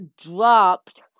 dropped